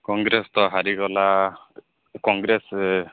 କଂଗ୍ରେସ ତ ହାରିଗଲା କଂଗ୍ରେସରେ